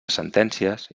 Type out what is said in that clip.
sentències